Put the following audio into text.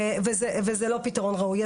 וזה לא פתרון ראוי.